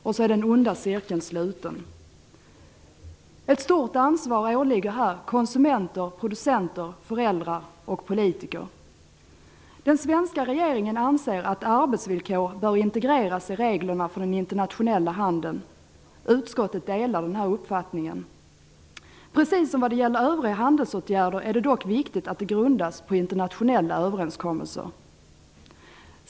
Och så är den onda cirkeln sluten. Ett stort ansvar åligger här konsumenter, producenter, föräldrar och politiker. Den svenska regeringen anser att arbetsvillkor bör integreras i reglerna för den internationella handeln. Utskottet delar den uppfattningen. Precis som vad gäller övriga handelsåtgärder är det dock viktigt att detta grundas på internationella överenskommelser.